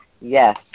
Yes